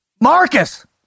Marcus